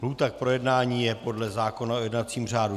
Lhůta k projednání je podle zákona o jednacím řádu.